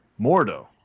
Mordo